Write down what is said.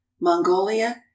Mongolia